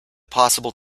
possible